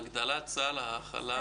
הגדלת סל ההכלה.